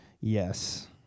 Yes